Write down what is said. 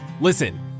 Listen